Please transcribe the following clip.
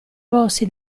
bossi